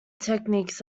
techniques